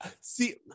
See